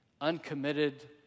uncommitted